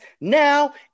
Now